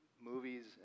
movies